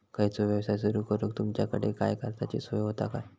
खयचो यवसाय सुरू करूक तुमच्याकडे काय कर्जाची सोय होता काय?